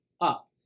up